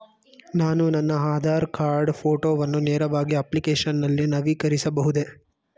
ನಾನು ನನ್ನ ಆಧಾರ್ ಕಾರ್ಡ್ ಫೋಟೋವನ್ನು ನೇರವಾಗಿ ಅಪ್ಲಿಕೇಶನ್ ನಲ್ಲಿ ನವೀಕರಿಸಬಹುದೇ?